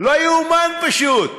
לא יאומן, פשוט.